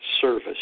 service